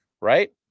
Right